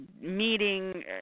meeting